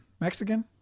Mexican